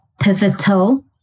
pivotal